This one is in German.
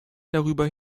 darüber